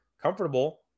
comfortable